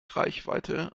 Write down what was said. reichweite